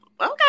Okay